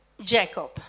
Jacob